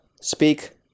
speak